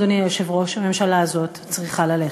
לכן, אדוני היושב-ראש, הממשלה הזאת צריכה ללכת.